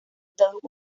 estados